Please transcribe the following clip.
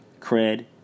Cred